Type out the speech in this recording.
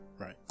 Right